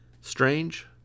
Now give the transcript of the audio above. strange